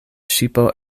ŝipo